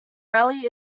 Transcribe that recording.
rally